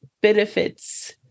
benefits